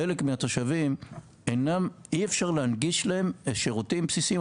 חלק מהתושבים אי אפשר להנגיש להם שירותים בסיסים,